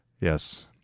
Yes